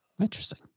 Interesting